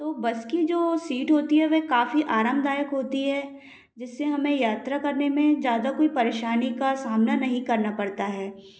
तो बस की जो सीट होती है वह काफ़ी आरामदायक होती है जिससे हमें यात्रा करने में ज़्यादा कोई परेशानी का सामना नहीं करना पड़ता है